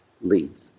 leads